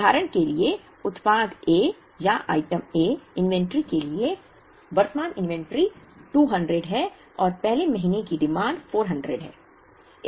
उदाहरण के लिए उत्पाद A या आइटम A इन्वेंटरी के लिए वर्तमान इन्वेंटरी 200 है और पहले महीने की डिमांड 400 है